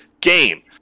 game